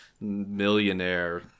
millionaire